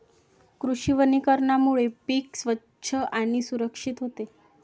कृषी वनीकरणामुळे पीक स्वच्छ आणि सुरक्षित होते